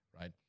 right